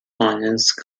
finance